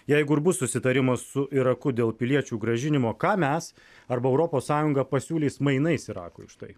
jeigu ir bus susitarimas su iraku dėl piliečių grąžinimo ką mes arba europos sąjunga pasiūlys mainais irakui už tai